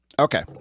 Okay